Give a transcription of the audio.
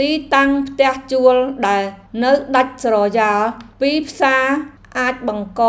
ទីតាំងផ្ទះជួលដែលនៅដាច់ស្រយាលពីផ្សារអាចបង្ក